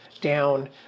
down